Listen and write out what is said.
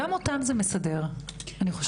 גם אותם זה מסדר אני חושבת.